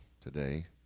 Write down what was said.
today